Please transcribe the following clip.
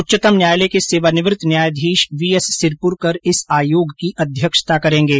उच्चतम न्यायालय के सेवानिवृत्त न्यायाधीश वी एस सिरपुरकर इस आयोग की अध्यक्षता करेंगे